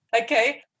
Okay